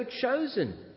chosen